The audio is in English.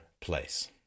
place